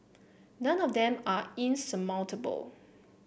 none of them are insurmountable